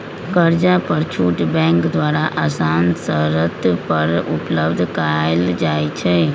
कर्जा पर छुट बैंक द्वारा असान शरत पर उपलब्ध करायल जाइ छइ